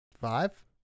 five